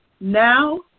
Now